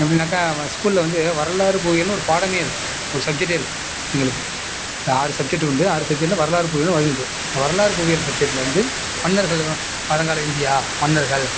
எப்படின்னாக்கா வ ஸ்கூலில் வந்து வரலாறு புவியியல்னு ஒரு பாடமே இருக்குது ஒரு சப்ஜெக்டே இருக்குது எங்களுக்கு அது ஆறு சப்ஜெக்ட் உண்டு ஆறு சப்ஜெக்ட்டில் வரலாறு புவியியல்னு உண்டு வரலாறு புவியியல் சப்ஜெக்ட்டில் வந்து மன்னர்கள் தான் பழங்கால இந்திய மன்னர்கள்